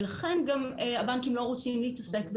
ולכן גם הבנקים לא רוצים להתעסק בזה,